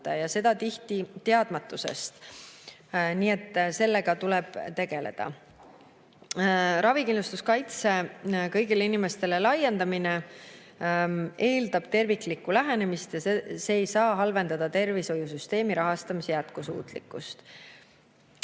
ja seda tihti teadmatusest. Nii et sellega tuleb tegeleda. Ravikindlustuskaitse kõigile inimestele laiendamine eeldab terviklikku lähenemist ja see ei saa halvendada tervishoiusüsteemi rahastamise jätkusuutlikkust.